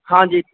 ਹਾਂਜੀ